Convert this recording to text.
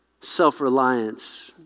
self-reliance